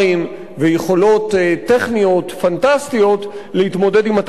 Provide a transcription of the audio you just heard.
טכניות פנטסטיות להתמודד עם התקלה שהתרחשה שם.